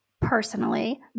personally